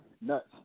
Nuts